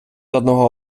одного